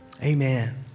Amen